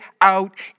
out